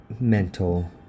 mental